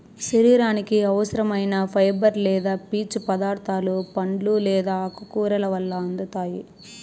శరీరానికి అవసరం ఐన ఫైబర్ లేదా పీచు పదార్థాలు పండ్లు లేదా ఆకుకూరల వల్ల అందుతాయి